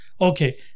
Okay